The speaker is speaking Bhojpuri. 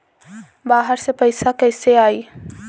बाहर से पैसा कैसे आई?